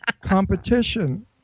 Competition